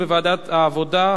לוועדת העבודה,